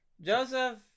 Joseph